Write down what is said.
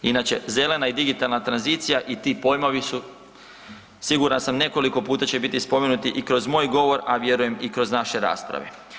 Inače zelena i digitalna tranzicija i ti pojmovi su siguran sam nekoliko puta će biti spomenuti i kroz moj govor, a vjerujem i kroz naše rasprave.